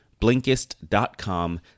Blinkist.com